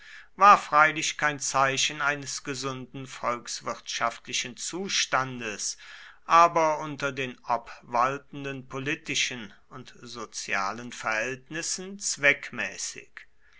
war freilich kein zeichen eines gesunden volkswirtschaftlichen zustandes aber unter den obwaltenden politischen und sozialen verhältnissen zweckmäßig